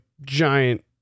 giant